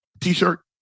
t-shirt